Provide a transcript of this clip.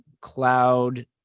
cloud